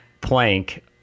plank